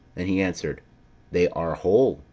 and he answered they are whole,